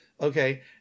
okay